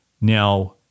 Now